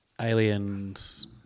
aliens